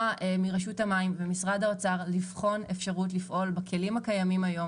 מרשות המים ומשרד האוצר לבחון אפשרות לפעול בכלים הקיימים היום,